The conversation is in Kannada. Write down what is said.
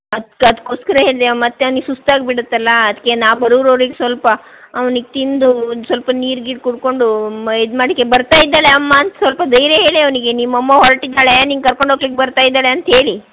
ಅದ್ಕೆ ಅದಕ್ಕೋಸ್ಕರ ಹೇಳಿದೆ ಮತ್ತು ಅವ್ನಿಗೆ ಸುಸ್ತಾಗಿಬಿಡುತ್ತಲ್ಲಾ ಅದಕ್ಕೆ ನಾ ಬರೂರೋರೆಗೆ ಸ್ವಲ್ಪ ಅವ್ನಿಗೆ ತಿಂದು ಒಂದು ಸ್ವಲ್ಪ ನೀರು ಗೀರು ಕುಡ್ಕೊಂಡು ಇದು ಮಾಡಲಿಕ್ಕೆ ಬರ್ತಾ ಇದ್ದಾಳೆ ಅಮ್ಮ ಅಂತ ಸ್ವಲ್ಪ ಧೈರ್ಯ ಹೇಳಿ ಅವನಿಗೆ ನಿಮ್ಮ ಅಮ್ಮ ಹೊರಟಿದ್ದಾಳೆ ನಿಂಗೆ ಕರ್ಕೊಂಡು ಹೋಗಲಿಕ್ಕೆ ಬರ್ತಾ ಇದ್ದಾಳೆ ಅಂತ ಹೇಳಿ